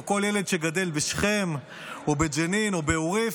או כל ילד שגדל בשכם או בג'נין או בעוריף,